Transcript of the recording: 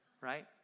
right